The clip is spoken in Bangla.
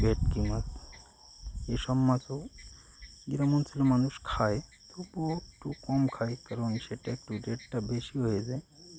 ভেটকি মাছ এসব মাছও গ্রাম অঞ্চলের মানুষ খায় খুব একটু কম খায় কারণ সেটা একটু রেটটা বেশি হয়ে যায়